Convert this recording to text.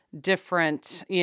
different